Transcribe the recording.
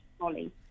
molly